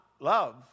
love